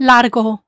Largo